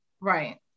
Right